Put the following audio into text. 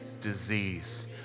disease